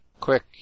quick